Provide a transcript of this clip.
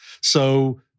So-